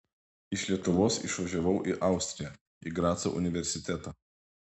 iš lietuvos išvažiavau į austriją į graco universitetą